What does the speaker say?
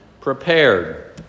prepared